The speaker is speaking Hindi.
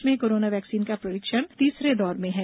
देश में कोरोना वैक्सीन का परीक्षण तीसरे दौर में है